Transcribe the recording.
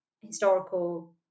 historical